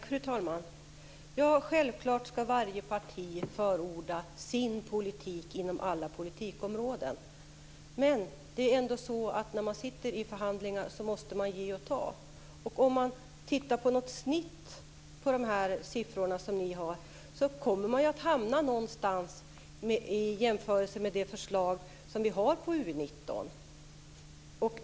Fru talman! Självklart ska varje parti förorda sin politik inom alla politikområden. Men när man sitter i förhandlingar måste man ge och ta. Om man tittar på ett snitt av de siffror som ni har kommer man att hamna någonstans i jämförelse med det förslag som vi har på utgiftsområde 19.